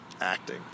acting